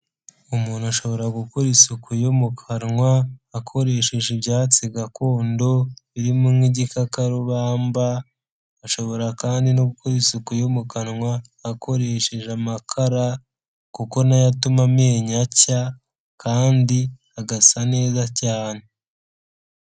Umuntu ashobora gukora isuku yo mu kanwa akoresheje ibyatsi gakondo, birimo nk'igikakarubamba, ashobora kandi no gukora isuku yo mu kanwa akoresheje amakara kuko nayo atuma amenyo acya kandi agasa neza cyane.